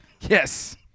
Yes